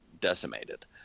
decimated